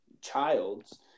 childs